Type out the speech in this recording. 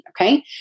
okay